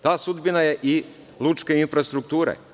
Ta sudbina je i lučke infrastrukture.